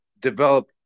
develop